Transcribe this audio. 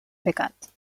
pecat